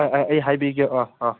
ꯑꯥ ꯑꯥ ꯑꯩ ꯍꯥꯏꯕꯤꯒꯦ ꯑꯥ ꯑꯥ